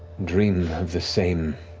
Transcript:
dream of the same